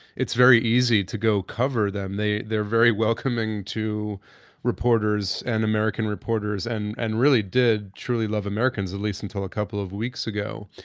it's very easy to go cover them. they're very welcoming to reporters and american reporters and and really did truly love americans, at least until a couple of weeks ago.